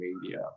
Media